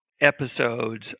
episodes